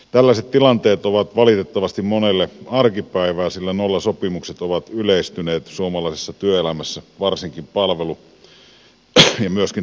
tällaiset tilanteet ovat valitettavasti monelle arkipäivää sillä nollasopimukset ovat yleistyneet suomalaisessa työelämässä varsinkin palvelu ja myöskin teollisuusaloilla